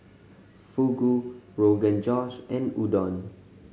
fugu Rogan Josh and Udon